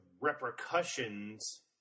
repercussions